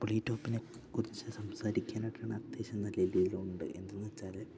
അപ്ളി ടോപ്പിനെ കുറിച്ച് സംസാരിക്കാനായിട്ടാണ് അത്യാവശ്യം നല്ല രീതിയിലുണ്ട് എന്തെന്ന് വെച്ചാൽ